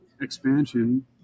Expansion